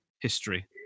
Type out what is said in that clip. history